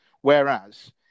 whereas